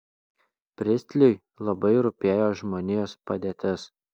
pristliui labai rūpėjo žmonijos padėtis